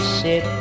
sit